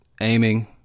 aiming